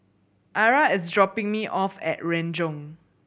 Arra is dropping me off at Renjong